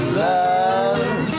love